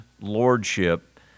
lordship